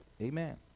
Amen